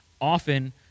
Often